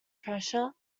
pressure